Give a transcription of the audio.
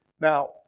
Now